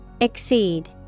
Exceed